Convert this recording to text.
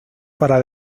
para